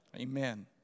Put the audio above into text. Amen